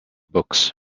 books